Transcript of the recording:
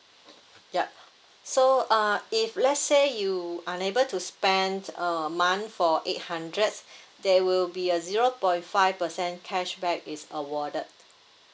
yup so uh if let's say you unable to spend a month for eight hundred there will be a zero point five percent cashback is awarded